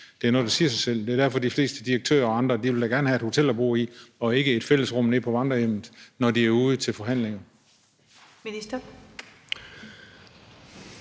Det er noget, der siger sig selv. Det er derfor, de fleste direktører og andre da gerne vil have et hotel at bo på og ikke et fællesrum nede på vandrerhjemmet, når de er ude til forhandlinger.